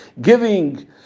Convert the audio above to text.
Giving